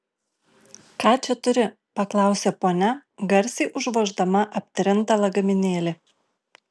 ką čia turi paklausė ponia garsiai užvoždama aptrintą lagaminėlį